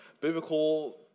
biblical